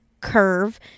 curve